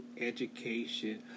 education